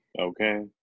Okay